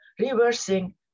reversing